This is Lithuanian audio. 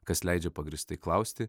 kas leidžia pagrįstai klausti